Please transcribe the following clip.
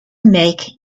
make